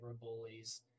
bullies